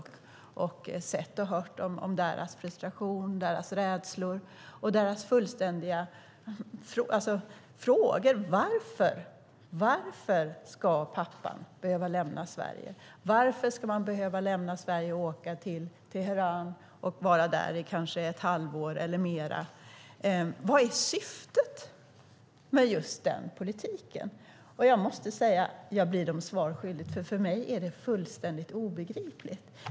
Jag har sett och hört deras frustrationer, rädslor och frågor om varför pappa måste lämna Sverige, varför han behöver lämna Sverige och åka till Teheran, vistas där i ett halvår eller mer. Vad är syftet med den politiken? Jag blir dem svaret skyldig eftersom det för mig är fullständigt obegripligt.